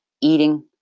eating